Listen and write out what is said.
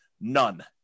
None